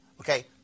okay